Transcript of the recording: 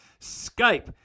Skype